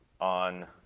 on